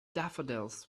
daffodils